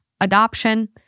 adoption